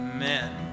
Amen